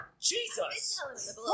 Jesus